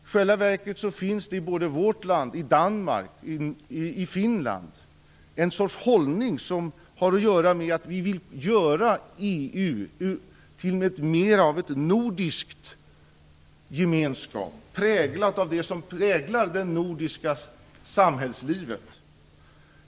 I själva verket finns det, såväl i vårt land som i Danmark och Finland, en slags hållning som har att göra med att vi vill göra EU till mer av en nordisk gemenskap, präglad av det som präglar det nordiska samhällslivet.